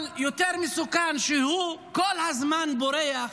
אבל יותר מסוכן שהוא כל הזמן בורח